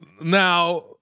Now